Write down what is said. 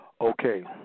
Okay